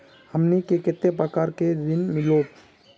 हमनी के कते प्रकार के ऋण मीलोब?